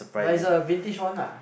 but it's a vintage one lah